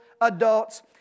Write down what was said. adults